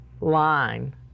line